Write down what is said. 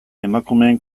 emakumeen